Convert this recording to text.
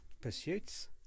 pursuits